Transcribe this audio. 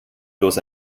bloß